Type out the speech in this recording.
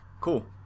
Cool